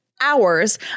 hours